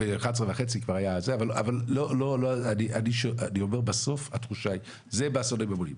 אבל אני אומר בסוף התחושה היא זה באסונות המוניים.